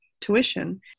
tuition